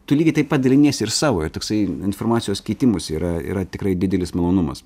tu lygiai taip pat daliniesi ir savo ir toksai informacijos keitimosi yra yra tikrai didelis malonumas